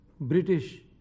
British